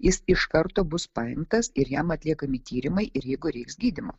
jis iš karto bus paimtas ir jam atliekami tyrimai ir jeigu reiks gydymo